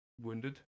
wounded